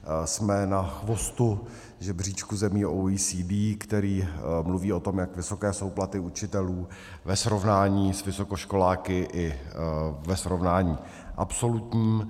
Jsme na chvostu žebříčku zemí OECD, který mluví o tom, jak vysoké jsou platy učitelů ve srovnání s vysokoškoláky i ve srovnání absolutním.